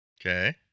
Okay